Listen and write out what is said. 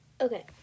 Okay